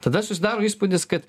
tada susidaro įspūdis kad